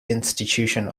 institution